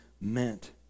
meant